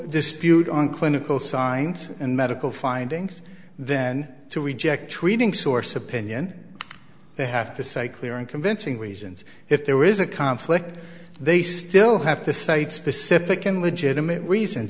dispute on clinical signs and medical findings then to reject treating source opinion they have to say clear and convincing reasons if there is a conflict they still have to state specific and legitimate reasons